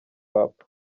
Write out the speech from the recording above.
hop